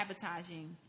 sabotaging